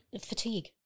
fatigue